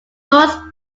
most